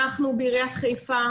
אנחנו בעיריית חיפה